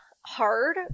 hard